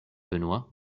benoît